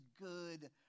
good